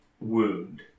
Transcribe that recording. wound